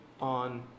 on